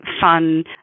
fun